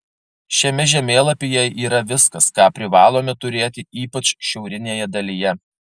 šiame žemėlapyje yra viskas ką privalome turėti ypač šiaurinėje dalyje